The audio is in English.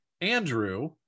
Andrew